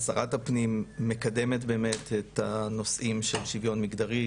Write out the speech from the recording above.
שרת הפנים מקדמת באמת את הנושאים של שוויון מגדרי,